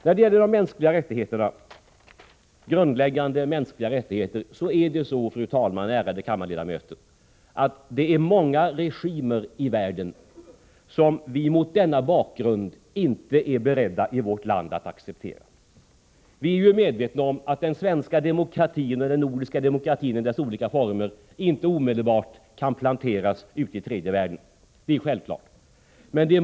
När det gäller de grundläggande mänskliga rättigheterna finns det, fru talman och ärade ledamöter, många regimer i världen som vi i vårt land inte är beredda att acceptera. Vi är medvetna om att den svenska demokratin och den nordiska demokratin i dess olika former inte omedelbart kan planteras ut itredje världen. Det är självklart.